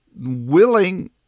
willing